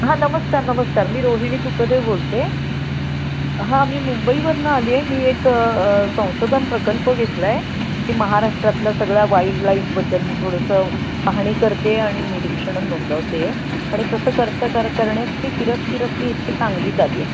हां नमस्कार नमस्कार मी रोहिणी सुखदेव बोलते हां मी मुंबईवरून आली आहे मी एक संशोधन प्रकल्प घेतला आहे की महाराष्ट्रातलं सगळ्या वाईल्ड लाईफबद्दल मी थोडंसं पाहणी करते आणि निरीक्षणं नोंदवते आहे आणि तसं करता कर करण्यासाठी फिरत फिरत मी इथे सांगलीत आली आहे